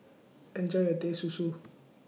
Enjoy your Teh Susu